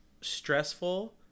stressful